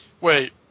Wait